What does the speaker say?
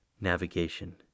navigation